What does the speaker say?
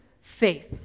faith